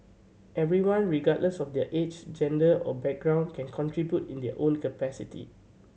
everyone regardless of their age gender or background can contribute in their own capacity